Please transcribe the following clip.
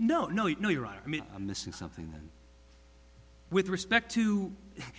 no no no your honor i'm missing something with respect to